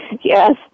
yes